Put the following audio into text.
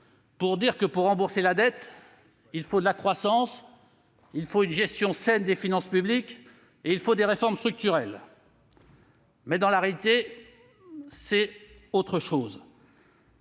l'économie : pour rembourser la dette, il faut de la croissance, il faut une gestion saine des finances publiques et il faut des réformes structurelles. Mais dans la réalité, c'est autre chose.